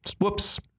Whoops